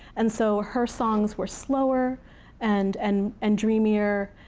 and so her songs were slower and and and dreamier,